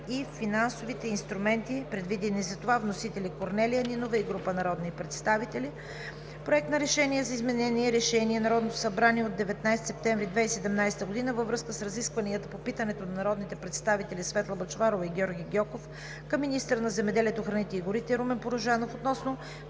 и финансовите инструменти, предвидени за това. Вносители – Корнелия Нинова и група народни представители. Проект на решение за изменение на Решение на Народното събрание от 19 септември 2017 г. във връзка с разискванията по питането на народните представители Светла Бъчварова и Георги Гьоков към министъра на земеделието, храните и горите Румен Порожанов относно